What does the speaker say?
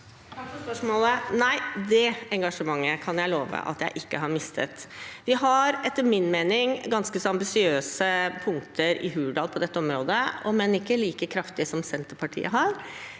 Takk for spørsmålet. Nei, det engasjementet kan jeg love at jeg ikke har mistet. Vi har etter min mening ganske så ambisiøse punkter i Hurdalsplattformen på dette området, om enn ikke like kraftige som de Senterpartiet har.